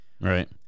Right